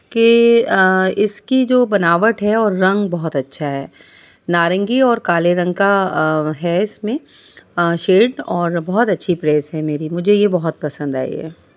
کہ اس کی جو بناوٹ ہے اور رنگ بہت اچھا ہے نارنگی اور کالے رنگ کا ہے اس میں شیڈ اور بہت اچھی پریس ہے میری مجھے یہ بہت پسند آئی ہے